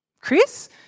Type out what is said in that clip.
Chris